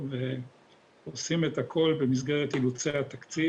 ועושים את הכול במסגרת אילוצי התקציב,